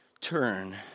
turn